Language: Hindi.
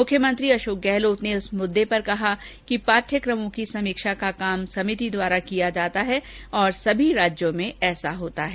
मुख्यमंत्री अशोक गहलोत ने इस मुददे पर कहा कि पाढ़यकमों की समीक्षा का काम समिति द्वारा किया जाता है और सभी राज्यों में ऐसा होता है